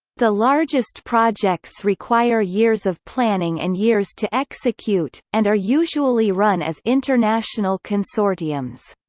the largest projects require years of planning and years to execute, and are usually run as international consortiums.